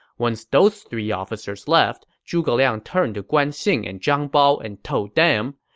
once those three officers left, zhuge liang turned to guan xing and zhang bao and told them,